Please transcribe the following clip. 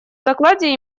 докладе